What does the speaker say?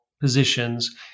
positions